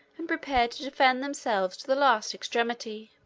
and prepared to defend themselves to the last extremity.